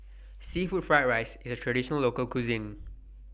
Seafood Fried Rice IS A Traditional Local Cuisine